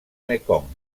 mekong